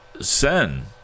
sen